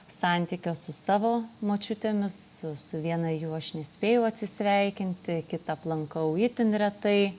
santykio su savo močiutėmis su viena jų aš nespėjau atsisveikinti kitą aplankau itin retai